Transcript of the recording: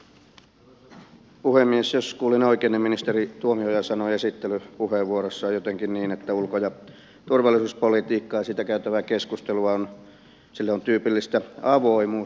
jos kuulin oikein niin ministeri tuomioja sanoi esittelypuheenvuorossaan jotenkin niin että ulko ja turvallisuuspolitiikasta käytävälle keskustelulle on tyypillistä avoimuus